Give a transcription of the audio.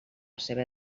seva